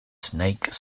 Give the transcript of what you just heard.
snake